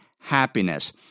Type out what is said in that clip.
happiness